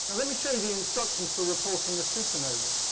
let me show you the instructions for reporting a supernova.